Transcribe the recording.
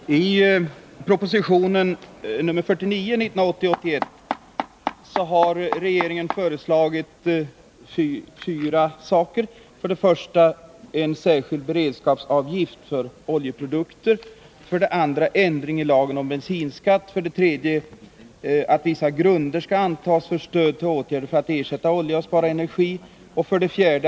Fru talman! I proposition 1980/81:49 har regeringen föreslagit fyra saker: 3. Attvissa grunder skall antas för stöd till åtgärder för att ersätta olja eller spara energi och 4.